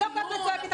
אני לא כל הזמן צועקת,